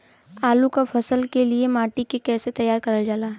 आलू क फसल के लिए माटी के कैसे तैयार करल जाला?